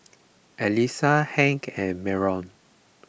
Elisa Hank and Myron